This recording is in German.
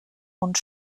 und